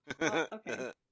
Okay